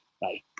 Bye